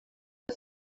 for